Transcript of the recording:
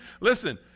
Listen